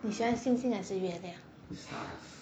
你喜欢星星还是月亮